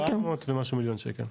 700 ומשהו מיליון שקל.